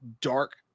dark